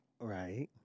Right